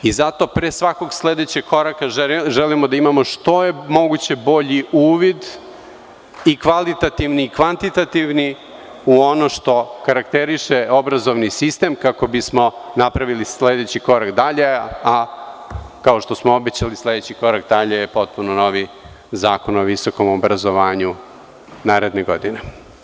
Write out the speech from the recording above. I zato pre svakog sledećeg koraka želimo da imamo što je moguće bolji uvid, i kvalitativni i kvantitativni, u ono što karakteriše obrazovni sistem, kako bismo napravili sledeći korak dalje, a, kao što smo obećali, sledeći korak dalje je potpuno novi zakon o visokom obrazovanju naredne godine.